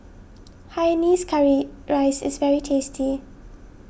Hainanese Curry Rice is very tasty